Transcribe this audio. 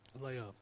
layup